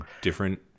different